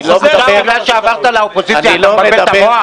עכשיו בגלל שעברת לאופוזיציה, אתה מבלבל את המוח.